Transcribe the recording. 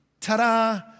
ta-da